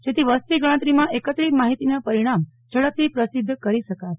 જેથી વસતિ ગણતરીમાં એકત્રિત માહિતીના પરિણામ ઝડપથી પ્રસિદ્ધ કરી શકાશે